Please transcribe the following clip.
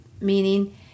meaning